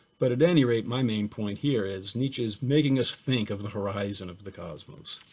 but at any rate, my main point here is, nietzsche's making us think of the horizon of the cosmos,